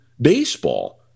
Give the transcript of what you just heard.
baseball